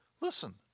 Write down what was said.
listen